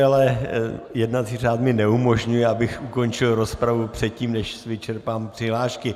Ale jednací řád mi neumožňuje, abych ukončil rozpravu předtím, než vyčerpám přihlášky.